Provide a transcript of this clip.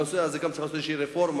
בנושא הזה צריך איזושהי רפורמה,